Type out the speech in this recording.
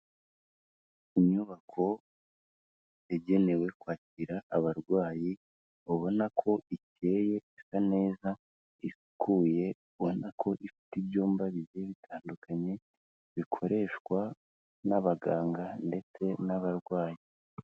Inyubako yagenewe kwakira abarwayi, ubona ko ikeye isa neza isukuye ,ubona ko ifite ibyumba bigiye bitandukanye bikoreshwa n'abaganga ndetse n'abarwayi.